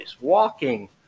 walking